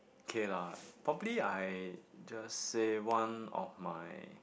okay lah probably I just say one of my